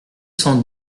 cent